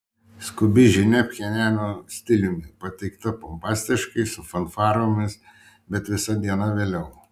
skubi žinia pchenjano stiliumi pateikta pompastiškai su fanfaromis bet visa diena vėliau